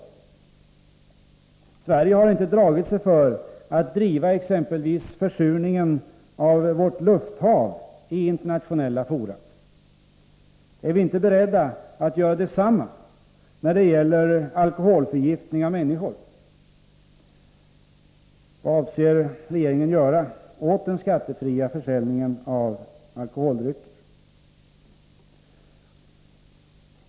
Sverige har inte dragit sig för att driva exempelvis frågan om försurningen av vårt lufthav i internationella fora. Är vi inte beredda att göra detsamma när det gäller alkoholförgiftning av människor? Vad avser regeringen att göra åt problemet med den skattefria försäljningen av alkoholdrycker?